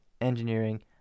engineering